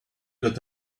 got